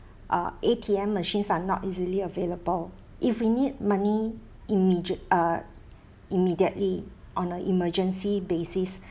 uh A_T_M machines are not easily available if we need money immediate uh immediately on a emergency basis